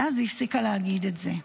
מאז היא הפסיקה להגיד את זה.